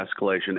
escalation